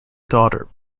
daughter